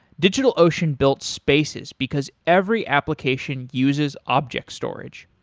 digitalocean built spaces, because every application uses objects storage.